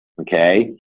Okay